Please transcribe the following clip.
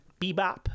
bebop